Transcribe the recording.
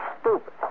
stupid